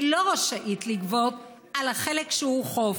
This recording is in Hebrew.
היא לא רשאית לגבות על החלק שהוא חוף.